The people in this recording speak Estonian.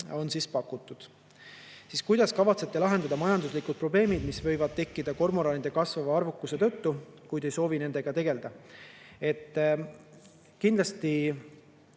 on pakutud. "Kuidas kavatsete lahendada majanduslikud probleemid, mis võivad tekkida kormoranide kasvava arvukuse tõttu, kui te ei soovi nendega tegeleda?" Me oleme